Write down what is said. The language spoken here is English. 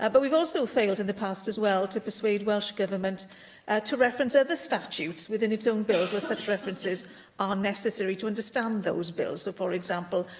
and but we've also failed in the past as well to persuade welsh government ah to reference other statutes within its own bills, where such references are necessary to understand those bills. so, for example,